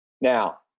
now